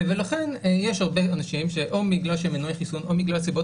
ולכן יש הרבה אנשים שאו בגלל שהם מנועי חיסון או בגלל זיבות